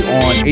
on